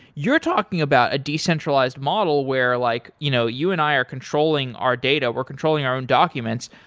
you're talking about a decentralized model where like you know you and i are controlling our data, we're controlling our own documents,